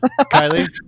Kylie